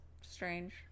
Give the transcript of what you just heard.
Strange